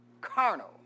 Carnal